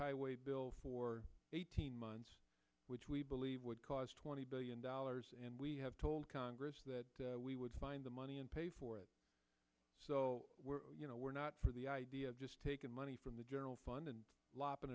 highway bill for eighteen months which we believe would cause twenty billion dollars and we have told congress that we would find the money and pay for it so we're not for the idea of just taking money from the general fund and l